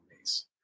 base